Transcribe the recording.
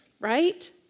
right